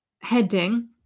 heading